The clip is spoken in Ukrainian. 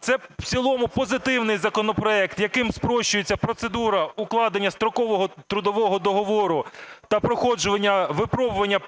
Це в цілому позитивний законопроект, яким спрощується процедура укладення строкового трудового договору та проходження випробування